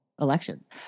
elections